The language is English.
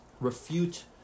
refute